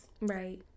Right